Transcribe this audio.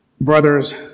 Brothers